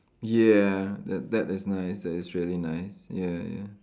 ya that that is nice that is really nice ya ya